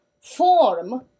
form